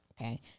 Okay